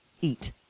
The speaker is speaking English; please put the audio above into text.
eat